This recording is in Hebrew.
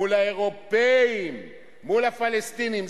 מול האירופים, מול הפלסטינים.